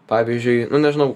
pavyzdžiui nu nežinau